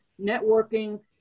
networking